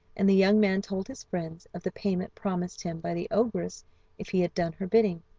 and the young man told his friends of the payment promised him by the ogress if he had done her bidding.